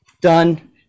Done